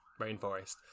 rainforest